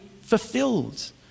fulfilled